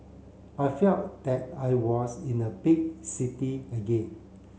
I felt that I was in a big city again